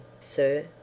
sir